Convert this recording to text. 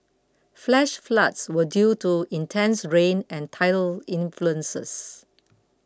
flash floods were due to intense rain and tidal influences